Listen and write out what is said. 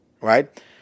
right